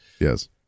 Yes